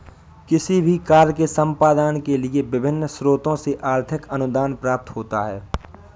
किसी भी कार्य के संपादन के लिए विभिन्न स्रोतों से आर्थिक अनुदान प्राप्त होते हैं